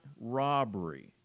robbery